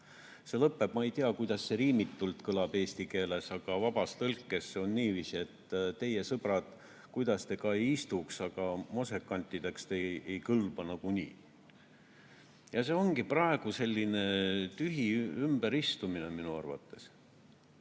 See lõpeb nii. Ma ei tea, kuidas see riimitult kõlab eesti keeles, aga vabas tõlkes on niiviisi, et teie, sõbrad, kuidas te ka ei istuks, aga moosekantideks ei kõlba nagunii. Ja see ongi praegu selline tühi ümberistumine minu arvates. Ma